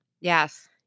Yes